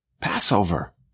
Passover